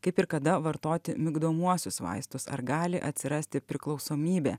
kaip ir kada vartoti migdomuosius vaistus ar gali atsirasti priklausomybė